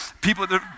people